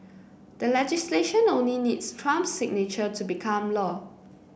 the legislation only needs Trump's signature to become law